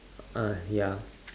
uh ya